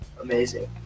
amazing